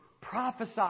prophesy